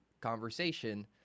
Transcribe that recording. conversation